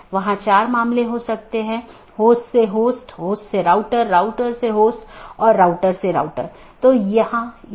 तो इसका मतलब यह है कि OSPF या RIP प्रोटोकॉल जो भी हैं जो उन सूचनाओं के साथ हैं उनका उपयोग इस BGP द्वारा किया जा रहा है